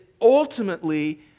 ultimately